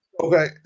Okay